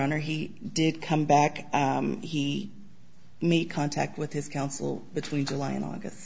honor he did come back he made contact with his counsel between july and august